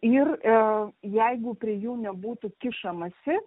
ir jeigu prie jų nebūtų kišamasi